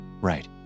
Right